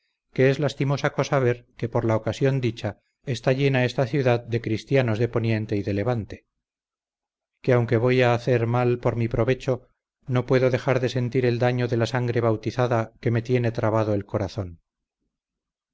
que es lastimosa cosa ver que por la ocasión dicha está llena esta ciudad de cristianos de poniente y de levante que aunque voy a hacer mal por mi provecho no puedo dejar de sentir el daño de la sangre bautizada que me tiene trabado el corazón